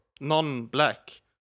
non-black